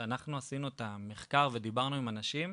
כשאנחנו עשינו את המחקר ודיברנו עם אנשים,